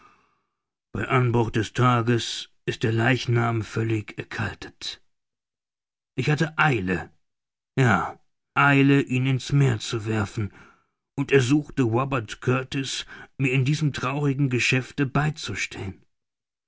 bei anbruch des tages ist der leichnam völlig erkaltet ich hatte eile ja eile ihn in's meer zu werfen und ersuchte robert kurtis mir in diesem traurigen geschäfte beizustehen